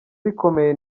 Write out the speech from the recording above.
bikomeye